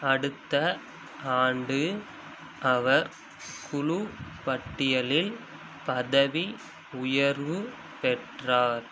அடுத்த ஆண்டு அவர் குழு பட்டியலில் பதவி உயர்வு பெற்றார்